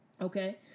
Okay